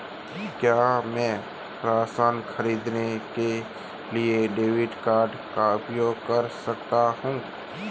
क्या मैं राशन खरीदने के लिए क्रेडिट कार्ड का उपयोग कर सकता हूँ?